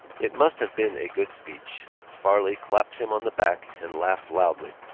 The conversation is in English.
it must have been a good speech. farley clapped him on the back and laughed loudly.